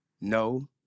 no